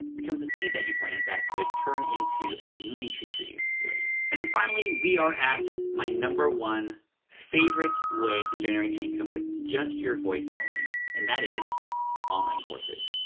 becomes a seed that you plant that could turn into a money tree for you later. and then finally, we are at my number one favorite way to generate an income with just your voice only, and that is online courses.